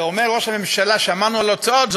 וכשאומר ראש הממשלה: שמרנו על ההוצאות,